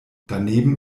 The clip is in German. daneben